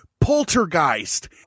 poltergeist